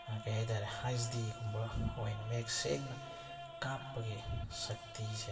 ꯀꯩꯍꯥꯏꯇꯥꯔꯦ ꯍꯩꯁ ꯗꯤꯒꯨꯝꯕ ꯑꯣꯏꯅ ꯃꯌꯦꯛ ꯁꯦꯡꯅ ꯀꯥꯞꯄꯒꯤ ꯁꯛꯇꯤꯁꯦ